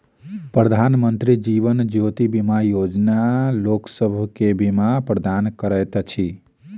प्रधानमंत्री जीवन ज्योति बीमा योजना लोकसभ के बीमा प्रदान करैत अछि